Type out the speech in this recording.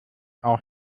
auch